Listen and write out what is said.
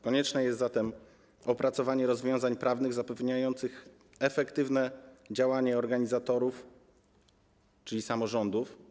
Konieczne jest zatem opracowanie rozwiązań prawnych zapewniających efektywne działanie organizatorów, czyli samorządów.